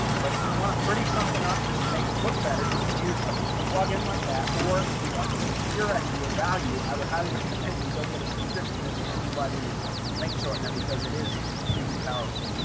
but if you want to pretty something up just to make it look better, you can use ah a plugin like that or if you want just pure seo value, i would highly recommend you go get a subscription to the mgb link shortener because it is freakin powerful.